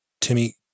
Timmy